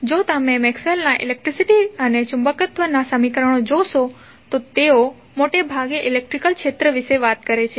હવે જો તમે મેક્સવેલના ઇલેક્ટ્રિસીટી અને ચુંબકત્વ નાં સમીકરણો જોશો તો તેઓ મોટે ભાગે ઇલેક્ટ્રિક ક્ષેત્ર વિશે વાત કરે છે